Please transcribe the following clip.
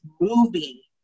movie